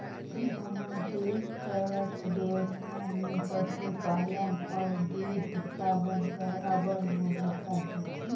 हमर देस कर अर्थबेवस्था में पसुपालन अउ दूद उत्पादन कर अब्बड़ महत अहे